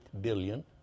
billion